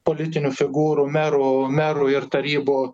politinių figūrų merų merų ir tarybų